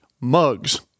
Mugs